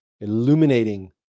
illuminating